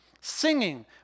Singing